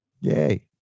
Yay